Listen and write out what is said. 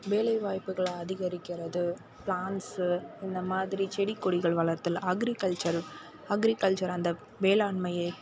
வேலைவாய்ப்புகளை அதிகரிக்கிறது ப்ளாண்ட்ஸு இந்த மாதிரி செடி கொடிகள் வளர்த்தல் அக்ரிகல்ச்சர் அக்ரிகல்ச்சர் அந்த வேளாண்மையை